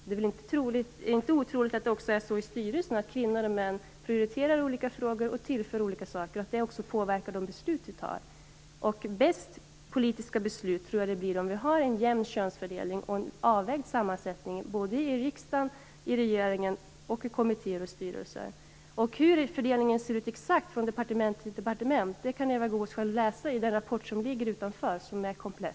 Det är inte otroligt att det också är så i styrelserna att kvinnor och män prioriterar olika frågor, är till för olika saker och att det också påverkar de beslut som fattas. Bäst politiska beslut tror jag att det blir med en jämn könsfördelning och en avvägd sammansättning i såväl riksdag och regering som i kommittéer och styrelser. Hur den exakta fördelningen ser ut från departement till departement kan Eva Goës själv läsa i den kompletta rapport som ligger utanför plenisalen.